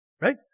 right